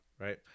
right